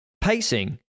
pacing